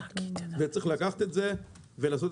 צריך לעשות את זה נכון.